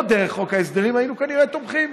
לא דרך חוק ההסדרים היינו כנראה תומכים,